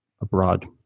abroad